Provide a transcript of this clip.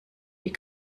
die